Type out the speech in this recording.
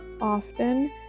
often